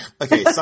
okay